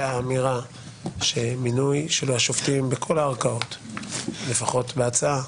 צריך להבין שהשילוב הזה פלוס דבר שאנחנו לא עוסקים בו בחקיקה הזאת,